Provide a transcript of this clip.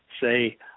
say